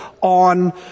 on